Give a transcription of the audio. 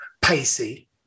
pacey